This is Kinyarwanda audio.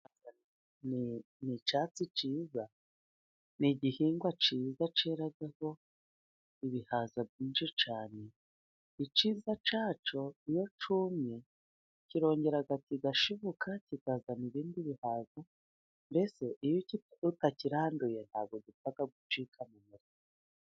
Ni icyatsi cyiza, ni igihingwa cyiza cyeraho ibihaza byinshi cyane, icyiza cyacyo iyo cyumye kirongera kigashibuka kikazana ibindi bihaza. Mbese iyo utakiranduye ntabwo gipfa gucika mu murima.